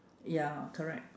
ya correct